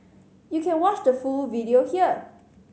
you can watch the full video here